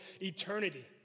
eternity